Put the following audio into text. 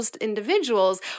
individuals